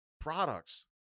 products